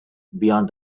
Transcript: beyond